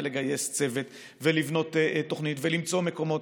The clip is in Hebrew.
ולגייס צוות ולבנות תוכנית ולמצוא מקומות,